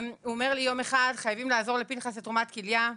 ויום אחד הוא אומר לי: חייבים לעזור לפנחס לתרומת כליה.